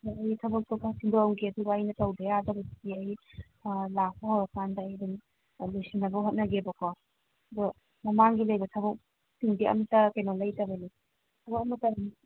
ꯍꯣꯏ ꯑꯩ ꯊꯕꯛꯇꯣ ꯈꯔ ꯁꯤꯟꯗꯣꯛꯑꯝꯒꯦ ꯑꯗꯨꯒ ꯑꯩꯅ ꯇꯧꯗ ꯌꯥꯗꯕꯗꯨꯗꯤ ꯑꯩ ꯂꯥꯛꯄ ꯍꯧꯔ ꯀꯥꯟꯗ ꯑꯩ ꯑꯗꯨꯝ ꯑꯥ ꯂꯣꯏꯁꯤꯟꯅꯕ ꯍꯣꯠꯅꯒꯦꯕꯀꯣ ꯑꯗꯣ ꯃꯃꯥꯡꯒꯤ ꯂꯩꯕ ꯊꯕꯛꯁꯤꯡꯗꯤ ꯑꯝꯇ ꯀꯩꯅꯣ ꯂꯩꯇꯕꯅꯤ ꯊꯕꯛ ꯑꯃꯇ